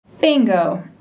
Bingo